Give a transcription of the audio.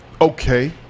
okay